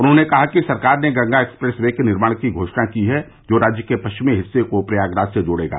उन्होंने कहा कि सरकार ने गंगा एक्सप्रेस वे के निर्माण की घोषणा की है जो राज्य के पश्चिमी हिस्से को प्रयागराज से जोड़ेगा